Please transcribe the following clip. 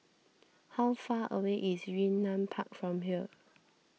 how far away is Yunnan Park from here